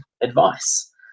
advice